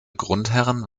grundherren